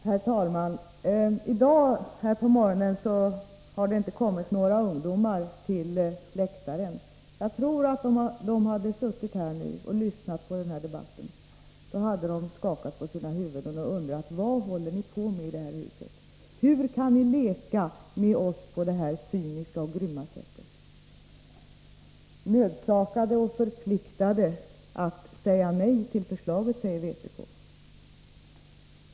Herr talman! I dag på morgonen har det inte kommit några ungdomar till läktaren. Jag tror att om det nu hade suttit ungdomar här och lyssnat på debatten, så hade de skakat på sina huvuden och undrat: Vad håller ni på med i det här huset? Hur kan ni leka med oss på det här cyniska och grymma sättet? Nödsakade och förplikade att säga nej till förslaget, säger vpk.